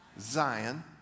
Zion